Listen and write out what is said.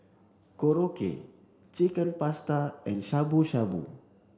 Korokke Chicken Pasta and Shabu Shabu